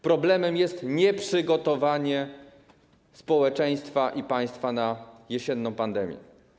Problemem jest nieprzygotowanie społeczeństwa i państwa na jesienną pandemię.